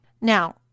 Now